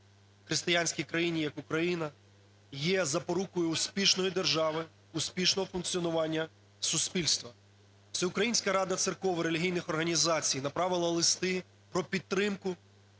християнській країні як Україна, є запорукою успішної держави, успішного функціонування суспільства. Всеукраїнська рада церков і релігійних організацій направила листи про підтримку